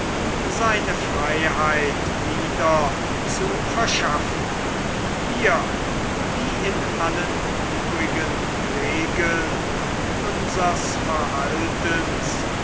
seine freiheit wieder zu verschaffen hier wie in allen übrigen regeln unsers verhaltens